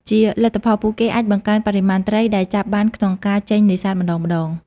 ជាលទ្ធផល ពួកគេអាចបង្កើនបរិមាណត្រីដែលចាប់បានក្នុងការចេញនេសាទម្តងៗ។